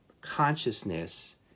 consciousness